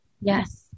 yes